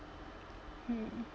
hmm